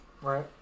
Right